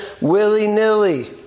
willy-nilly